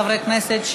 חברי הכנסת,